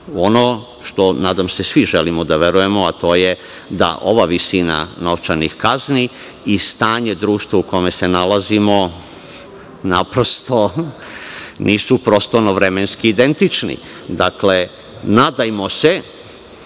ono što, nadam se, svi želimo da verujemo, a to je da ova visina novčanih kazni i stanje društva u kome se nalazimo, naprosto, nisu prostorno vremenski identični. Nadajmo se